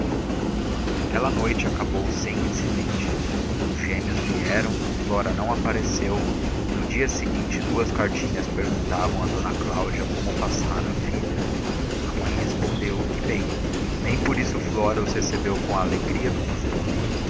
aquela noite acabou sem incidente os gêmeos vieram flora não apareceu e no dia seguinte duas cartinhas perguntavam a d cláudia como passara a filha a mãe respondeu que bem nem por isso flora os recebeu com a alegria do costume